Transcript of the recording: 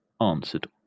answered